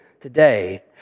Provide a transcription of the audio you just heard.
today